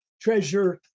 treasure